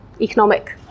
economic